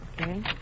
Okay